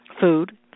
food